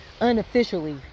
Unofficially